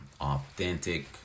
authentic